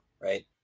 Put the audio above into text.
right